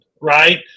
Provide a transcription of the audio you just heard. right